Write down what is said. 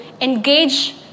engage